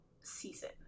season